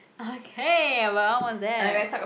okay !wow! what's that